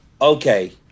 okay